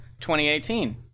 2018